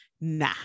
nah